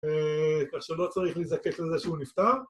אתה עכשיו לא צריך להזדקק לזה שהוא נפטר